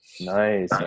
Nice